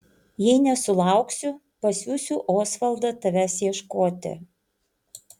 jei nesulauksiu pasiųsiu osvaldą tavęs ieškoti